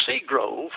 Seagrove